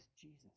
Jesus